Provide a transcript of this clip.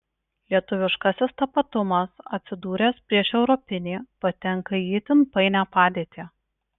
lietuviškasis tapatumas atsidūręs prieš europinį patenka į itin painią padėtį